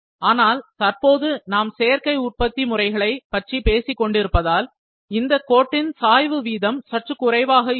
ஆனால் தற்போது நாம் சேர்க்கை உற்பத்தி முறைகளை பற்றி பேசிக் கொண்டிருப்பதால் இந்த கோட்டின் சாய்வு வீதம் சற்றுக் குறைவாக இருக்கும்